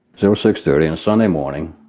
zero six thirty on a sunday morning